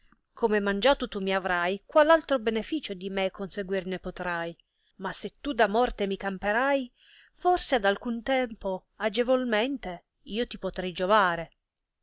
come mangiato tu mi avrai qual altro beneficio di me conseguir ne potrai ma se tu da morte mi camperai forse ad alcun tempo agevolmente io ti potrei giovare